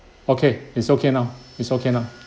okay it's okay now it's okay now